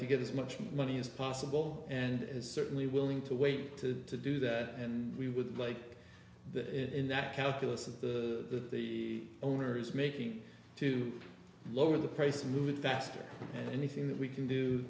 to get as much money as possible and as certainly willing to wait to do that and we would like that in that calculus of the the owner is making to lower the price moving faster and the thing that we can do